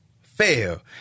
fail